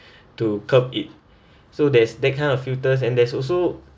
to curb it so there's that kind of filters and there's also